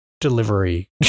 delivery